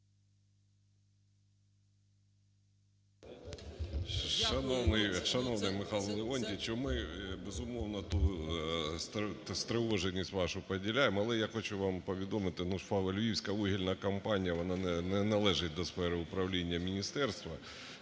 Шановний Михайло Леонтійович, ми, безумовно, стривоженість вашу поділяємо, але я хочу вам повідомити, що "Львівська вугільна компанія", вона не належить до сфери управління міністерства,